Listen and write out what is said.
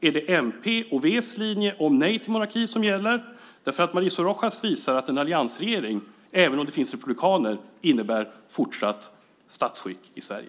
Är det mp:s och v:s linje om nej till monarki som gäller? Mauricio Rojas visar att en alliansregering, även om det finns republikaner där, innebär en fortsättning för detta statsskick i Sverige.